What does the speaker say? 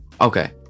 Okay